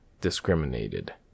discriminated